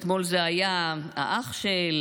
אתמול זה היה האח של,